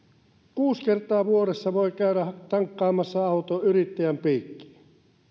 kuusi kertaa vuodessa voi käydä auton tankkaamassa yrittäjän piikkiin